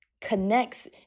connects